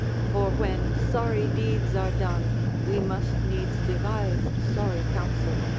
for when sorry deeds are done we must needs devise sorry counsel,